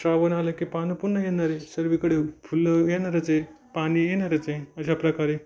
श्रावण आला की पानं पुन्हा येणारे सर्वीकडे फुलं येणारच आहे पाणी येणारच आहे अशा प्रकारे